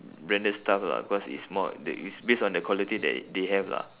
branded stuff lah cause it's more th~ it's based on the quality that they have lah